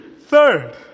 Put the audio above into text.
Third